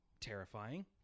terrifying